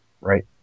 Right